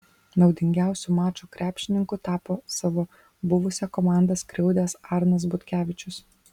naudingiausiu mačo krepšininku tapo savo buvusią komandą skriaudęs arnas butkevičius